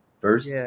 first